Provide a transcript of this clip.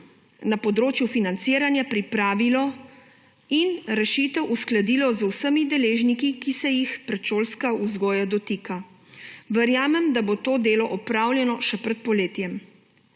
na področju financiranja pripravilo in rešitev uskladilo z vsemi deležniki, ki se jih predšolska vzgoja dotika. Verjamem, da bo to delo opravljeno še pred poletjem.